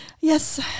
yes